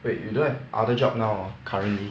wait you don't have other job now hor currently